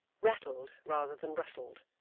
rattled rather than rustled,